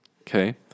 Okay